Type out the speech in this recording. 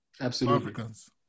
Africans